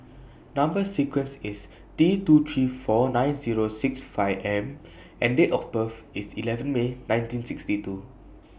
Number sequence IS T two three four nine Zero six five M and Date of birth IS eleven May nineteen sixty two